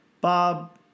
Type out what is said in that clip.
Bob